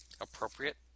Appropriate